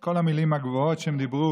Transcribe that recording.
כל המילים הגבוהות שהם דיברו.